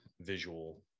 visual